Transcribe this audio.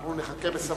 אנחנו נחכה בסבלנות.